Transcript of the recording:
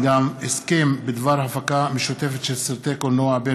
הסכם בדבר הפקה משותפת של סרטי קולנוע בין